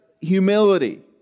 humility